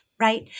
Right